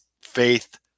faith